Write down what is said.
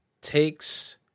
takes